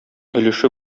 өлеше